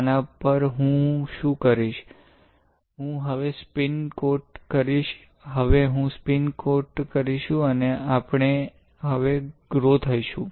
આના પર હું શું કરીશ હું હવે સ્પિન કોટ કરીશ હવે હું સ્પિન કોટ કરીશું આપણે હવે ગ્રો થઈશું